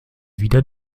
wieder